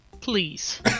Please